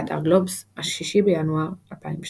באתר גלובס, 6 בינואר 2012